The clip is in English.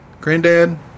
Granddad